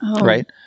right